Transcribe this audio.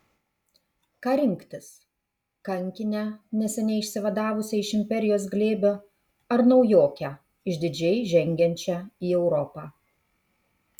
ką rinktis kankinę neseniai išsivadavusią iš imperijos glėbio ar naujokę išdidžiai žengiančią į europą